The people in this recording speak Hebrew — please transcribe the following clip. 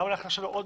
למה עוד משרד?